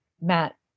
Matt